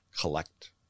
collect